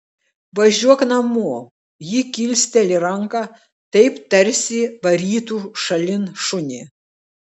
važiuok namo ji kilsteli ranką taip tarsi varytų šalin šunį